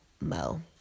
Mo